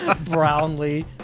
Brownlee